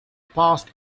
past